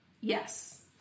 Yes